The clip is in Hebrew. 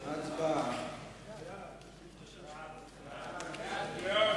ההצעה להעביר את הצעת חוק העונשין (תיקון,